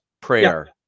prayer